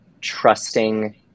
trusting